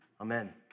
Amen